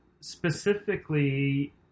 specifically